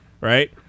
right